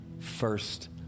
first